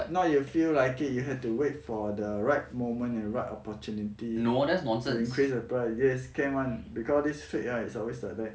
now you feel like it you have to wait for the right moment and right opportunity to increase the price yes can [one] because this trade right is always like that